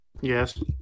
Yes